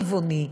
לא טבעוני,